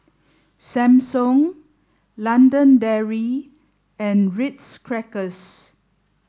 Samsung London Dairy and Ritz Crackers